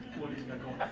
what he's got going.